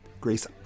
Grace